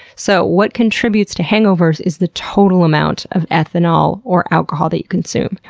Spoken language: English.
so, what contributes to hangovers is the total amount of ethanol or alcohol that you consume.